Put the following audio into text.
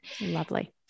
Lovely